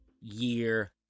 year